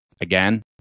again